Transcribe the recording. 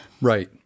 Right